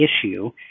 issue